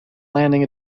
landing